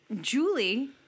Julie